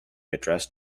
addressed